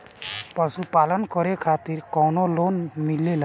पशु पालन करे खातिर काउनो लोन मिलेला?